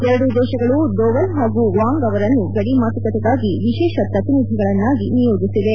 ಎರಡೂ ದೇಶಗಳು ದೋವಲ್ ಹಾಗೂ ವಾಂಗ್ ಅವರನ್ನು ಗಡಿ ಮಾತುಕತೆಗಾಗಿ ವಿಶೇಷ ಪ್ರತಿನಿಧಿಗಳನ್ನಾಗಿ ನಿಯೋಜಿಸಿವೆ